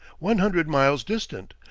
one hundred miles distant,